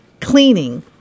cleaning